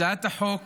הצעת החוק